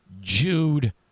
Jude